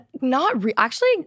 not—actually